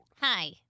Hi